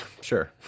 sure